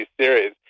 series